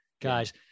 guys